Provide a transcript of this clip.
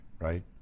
right